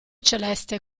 celeste